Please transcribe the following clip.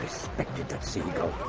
respected that seagull,